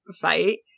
fight